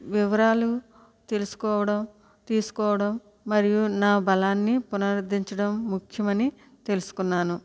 వివరాలు తెలుసుకోవడం తీసుకోవడం మరియు నా బలాన్ని పునరుద్దించటం ముఖ్యమని తెలుసుకున్నాను